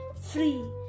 Free